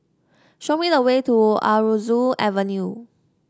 show me the way to Aroozoo Avenue